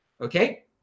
Okay